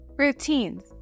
Routines